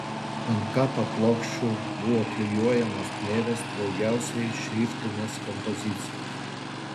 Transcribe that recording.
ant kapa plokščių buvo klijuojamos plėvės daugiausiai šriftinės kompozicijos